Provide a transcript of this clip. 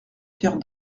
pierre